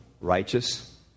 righteous